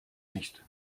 nicht